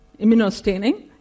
immunostaining